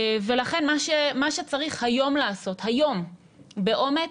לכן מה שצריך היום לעשות, היום, באומץ,